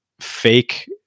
fake